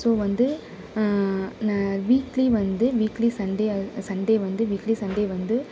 so வந்து நான் weekly வந்து வீக்லி சண்டே சண்டே வந்து வீக்லி சண்டே வந்து